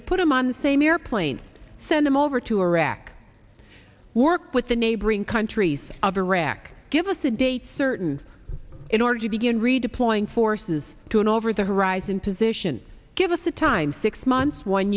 baker put him on same airplane send him over to a rack work with the neighboring countries of iraq give us a date certain in order to begin redeploying forces to an over the horizon position give us the time six months one